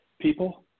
people